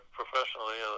professionally